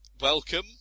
welcome